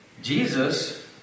Jesus